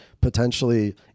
potentially